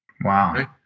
Wow